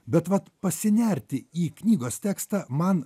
bet vat pasinerti į knygos tekstą man